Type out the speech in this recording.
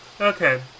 okay